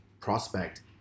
prospect